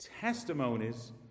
testimonies